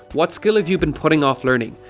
what skill have you been putting off learning.